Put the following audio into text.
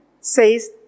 says